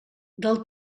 del